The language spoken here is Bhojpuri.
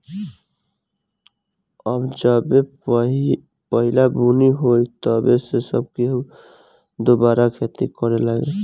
अब जबे पहिला बुनी होई तब से सब केहू दुबारा खेती करे लागी